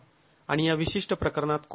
आणि या विशिष्ट प्रकरणात कोड 0